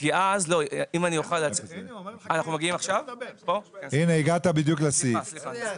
הנה הגעת בדיוק לסעיף.